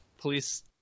police